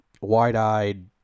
wide-eyed